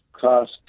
cost